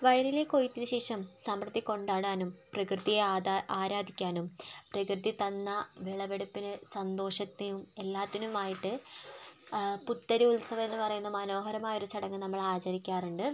വയലിലെ കൊയ്ത്തിനു ശേഷം സമൃദ്ധി കൊണ്ടാടാനും പ്രകൃതിയെ ആധ ആരാധിക്കാനും പ്രകൃതി തന്ന വിളുവെടുപ്പിന് സന്തോഷത്തിൽ എല്ലാത്തിനുമായിട്ട് പുത്തരി ഉത്സവം എന്ന് പറയുന്ന മനോഹരമായ ഒരു ചടങ്ങ് നമ്മൾ ആചരിക്കാറുണ്ട്